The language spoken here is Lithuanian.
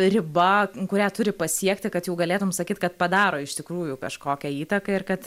riba kurią turi pasiekti kad jau galėtum sakyti kad padaro iš tikrųjų kažkokią įtaką ir kad